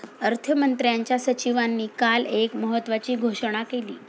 अर्थमंत्र्यांच्या सचिवांनी काल एक महत्त्वाची घोषणा केली